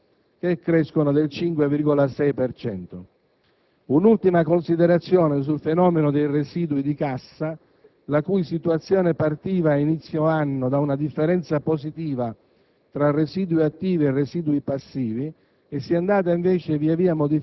Un importante aumento sta nei trasferimenti correnti alle amministrazioni pubbliche, che crescono del 5,6 per cento. Un'ultima considerazione sul fenomeno dei residui di cassa, la cui situazione partiva all'inizio dell'anno da una differenza positiva